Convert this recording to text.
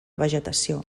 vegetació